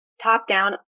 top-down